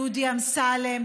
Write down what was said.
דודי אמסלם,